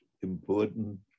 important